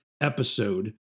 episode